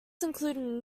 included